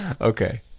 Okay